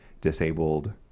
disabled